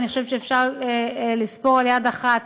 אני חושבת שאפשר לספור על יד אחת